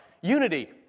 Unity